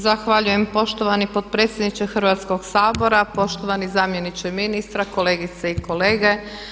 Zahvaljujem poštovani potpredsjedniče Hrvatskoga sabora, poštovani zamjeniče ministra, kolegice i kolege.